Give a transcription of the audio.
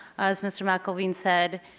mr. mcelveen said,